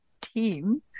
team